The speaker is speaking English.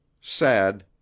Sad